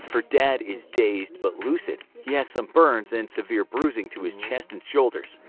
her dad is dazed but lucid, he has some burns, and severe bruising to his chest and shoulders.